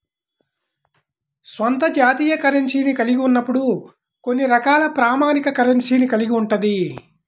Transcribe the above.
స్వంత జాతీయ కరెన్సీని కలిగి ఉన్నప్పుడు కొన్ని రకాల ప్రామాణిక కరెన్సీని కలిగి ఉంటది